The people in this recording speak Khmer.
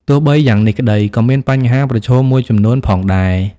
ទោះបីយ៉ាងនេះក្តី ក៏មានបញ្ហាប្រឈមមួយចំនួនផងដែរ។